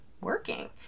working